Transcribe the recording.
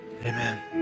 amen